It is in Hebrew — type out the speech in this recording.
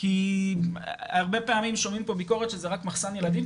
כי הרבה פעמים שומעים פה ביקורת שזה רק מחסן ילדים,